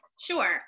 Sure